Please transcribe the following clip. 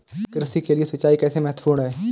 कृषि के लिए सिंचाई कैसे महत्वपूर्ण है?